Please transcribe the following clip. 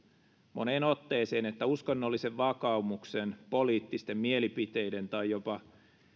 moneen otteeseen että uskonnollisen vakaumuksen poliittisten mielipiteiden tai jopa